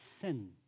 sin